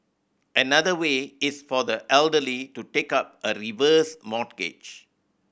another way is for the elderly to take up a reverse mortgage